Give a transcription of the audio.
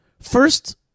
First